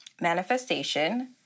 manifestation